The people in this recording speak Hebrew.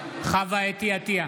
עטייה,